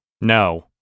No